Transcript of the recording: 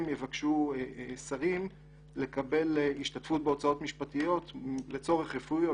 יבקשו שרים לקבל השתתפות לצורך רפואי או